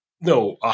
No